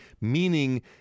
meaning